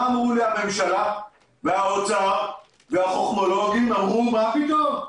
מה אמרו לי הממשלה והאוצר והחוכמולוגים מה פתאום?